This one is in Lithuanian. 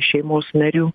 šeimos narių